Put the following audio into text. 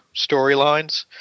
storylines